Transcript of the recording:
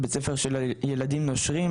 זה בית ספר של ילדים נושרים,